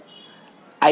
IA અથવા IB